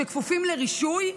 שכפופים לרישוי,